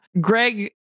Greg